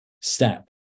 step